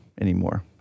anymore